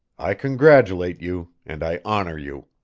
i congratulate you and i honor you.